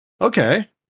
okay